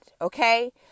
okay